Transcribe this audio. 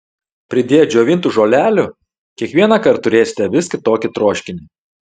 pridėję džiovintų žolelių kiekvienąkart turėsite vis kitokį troškinį